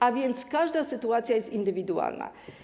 A więc każda sytuacja jest indywidualna.